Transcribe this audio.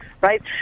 right